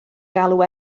galw